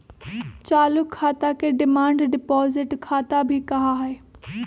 चालू खाता के डिमांड डिपाजिट खाता भी कहा हई